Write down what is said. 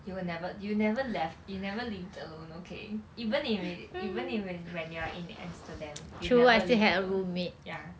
you will never you never left you never lived alone okay even if it even in when when you're in amsterdam you never lived alone ya